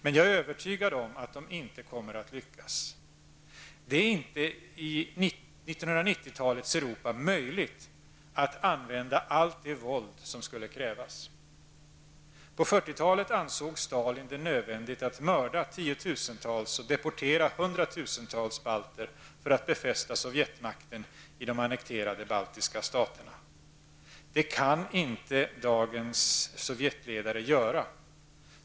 Men jag är övertygad om att de kommer att lyckas. Det är inte i 1990-talets Europa möjligt att använda allt det våld som skulle krävas. På 40-talet ansåg Stalin det nödvändigt att mörda tiotusentals och deportera hundratusentals balter för att befästa Sovjetmakten i de annekterade baltiska staterna. Det kan inte dagens Sovjetledare göra.